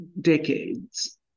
decades